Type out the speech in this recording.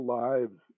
lives